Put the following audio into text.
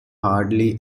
hardy